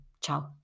ciao